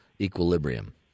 equilibrium